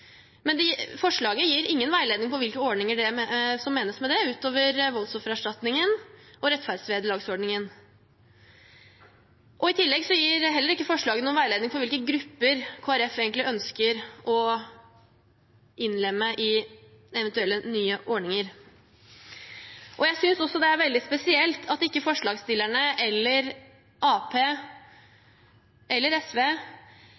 Men forslaget gir ingen veiledning for hvilke ordninger som menes med det, utover voldsoffererstatningen og rettferdsvederlagsordningen. I tillegg gir heller ikke forslaget noen veiledning for hvilke grupper Kristelig Folkeparti egentlig ønsker å innlemme i eventuelle nye ordninger. Jeg synes også det er veldig spesielt at ikke forslagsstillerne eller Arbeiderpartiet eller SV